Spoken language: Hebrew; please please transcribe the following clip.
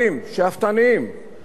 אותם מספרים שציינתי.